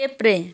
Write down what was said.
देब्रे